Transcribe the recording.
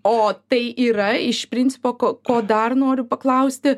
o tai yra iš principo ko ko dar noriu paklausti